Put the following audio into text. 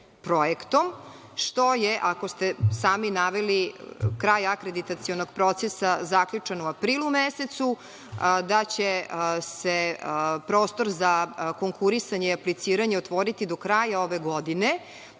projektom, što je, ako ste sami naveli kraj akreditacionog procesa zaključen u aprilu mesecu, da će se prostor za konkurisanje i apliciranje otvoriti do kraja ove godine,